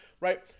right